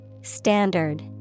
Standard